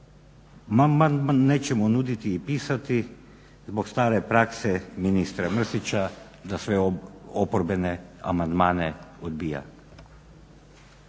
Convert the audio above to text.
nećemo nuditi i pisati zbog stare prakse ministra Mrsića da sve oporbene amandmane odbija.